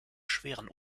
schweren